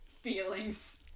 feelings